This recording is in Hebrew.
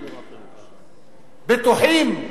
בטוחים,